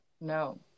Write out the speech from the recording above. no